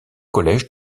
collège